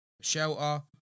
shelter